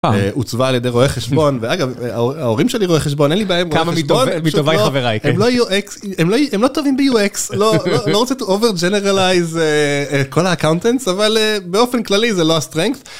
עוצבה על ידי רואה חשבון ואגב ההורים שלי רואי חשבון אין לי בעיה עם רואי חשבון. כמה מטובי חבריי כן הם לא... הם לא טובים ב־UX. לא... לא רוצה to overgeneralize אה אה... את כל ה־ accountants אבל אה באופן כללי זה לא ה־ strength